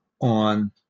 on